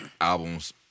albums